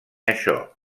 això